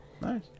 Nice